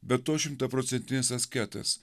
be to šimtaprocentinis asketas